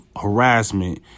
harassment